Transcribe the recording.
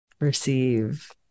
receive